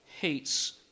hates